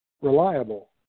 reliable